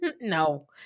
No